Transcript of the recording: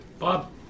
Bob